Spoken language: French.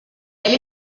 elle